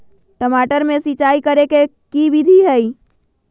टमाटर में सिचाई करे के की विधि हई?